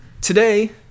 today